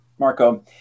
Marco